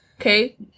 Okay